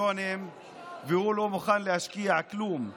והוא לא מוכן להשקיע כלום?